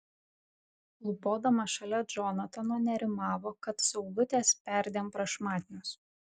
klūpodama šalia džonatano nerimavo kad saulutės perdėm prašmatnios